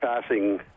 passing